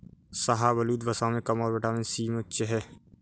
शाहबलूत, वसा में कम और विटामिन सी में उच्च है